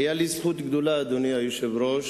היתה לי זכות גדולה, אדוני היושב-ראש,